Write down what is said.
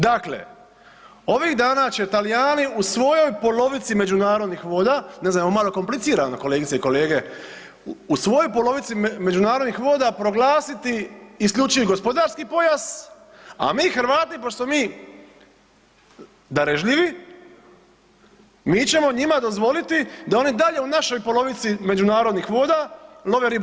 Dakle, ovih dana će Talijani u svojoj polovici međunarodnih voda, ne znam jel vam malo komplicirano kolegice i kolege u svojoj polovici međunarodnih voda proglasiti isključivi gospodarski pojas, a mi Hrvati pošto smo mi darežljivi mi ćemo njima dozvoliti da oni i dalje u našoj polovici međunarodnih voda love ribu.